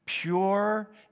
pure